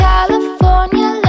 California